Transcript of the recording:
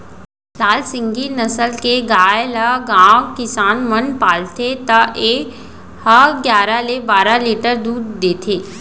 लाल सिंघी नसल के गाय ल गॉँव किसान मन पालथे त ए ह गियारा ले बारा लीटर तक दूद देथे